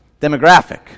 demographic